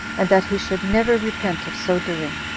and that he should never repent of so doing.